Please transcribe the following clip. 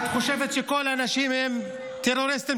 את חושבת שכל האנשים הם טרוריסטים.